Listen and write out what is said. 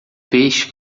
peixe